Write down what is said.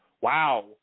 Wow